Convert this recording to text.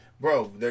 bro